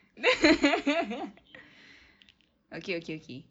okay okay okay